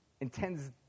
intends